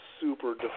super